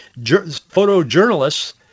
photojournalists